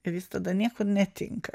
ir jis tada niekur netinka